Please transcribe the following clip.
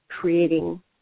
creating